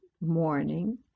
morning